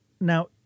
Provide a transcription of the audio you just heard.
Now